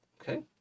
Okay